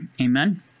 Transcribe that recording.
Amen